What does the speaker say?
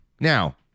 Now